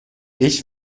ich